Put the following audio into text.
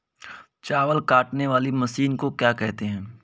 चावल काटने वाली मशीन को क्या कहते हैं?